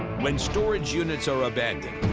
when storage units are abandoned.